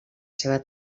seva